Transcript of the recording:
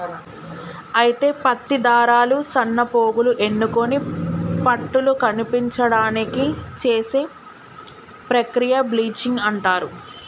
అయితే పత్తి దారాలు సన్నపోగులు ఎన్నుకొని పట్టుల కనిపించడానికి చేసే ప్రక్రియ బ్లీచింగ్ అంటారు